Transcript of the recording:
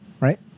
Right